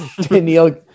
Daniel